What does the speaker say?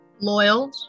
Loyal